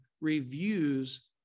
reviews